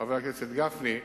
חבר הכנסת גפני,